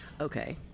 Okay